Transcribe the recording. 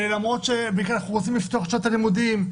אנחנו רוצים לפתוח את שנת הלימודים,